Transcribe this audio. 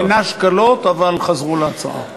הוא נענש קלות, אבל חזרו להצעה.